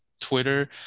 twitter